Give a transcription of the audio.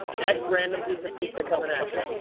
next random piece of pizza coming at you.